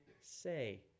say